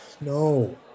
No